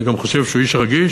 אני גם חושב שהוא איש רגיש.